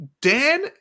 Dan